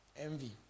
Envy